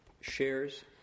shares